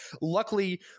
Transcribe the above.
Luckily